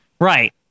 right